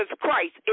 Christ